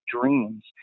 dreams